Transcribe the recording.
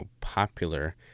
popular